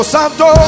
Santo